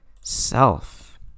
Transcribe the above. self